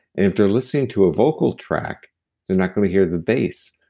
if they're listening to a vocal track, they're not going to hear the bass.